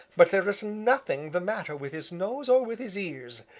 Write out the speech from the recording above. but there is nothing the matter with his nose or with his ears.